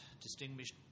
distinguished